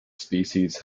species